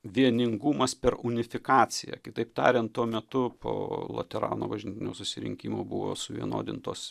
vieningumas per unifikaciją kitaip tariant tuo metu po laterano bažnytinio susirinkimo buvo suvienodintos